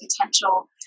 potential